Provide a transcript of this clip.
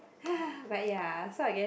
but ya so I guess